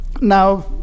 now